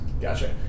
Gotcha